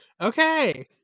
okay